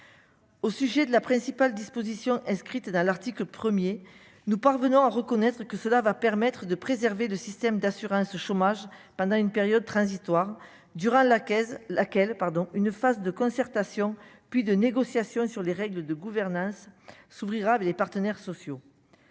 au sujet de la principale disposition inscrite dans l'article 1er, nous parvenons à reconnaître que cela va permettre de préserver de système d'assurance chômage pendant une période transitoire durant la caisse laquelle pardon, une phase de concertation puis de négociations sur les règles de gouvernance s'ouvrir avec les partenaires sociaux,